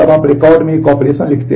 तो आइए एक उदाहरण देखें